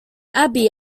abby